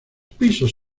pisos